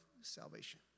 salvation